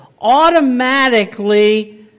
automatically